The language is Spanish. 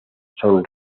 son